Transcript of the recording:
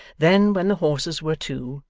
then, when the horses were to,